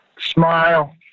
smile